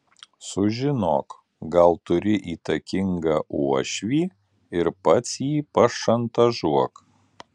sužinok gal turi įtakingą uošvį ir pats jį pašantažuok